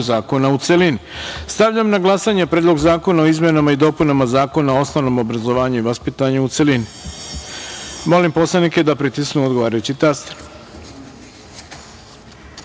zakona u celini. Stavljam na glasanje Predlog zakona o izmenama i dopunama Zakona o osnovnom obrazovanju i vaspitanju u celini. Molim poslanike da pritisnu odgovarajući